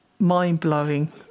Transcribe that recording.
mind-blowing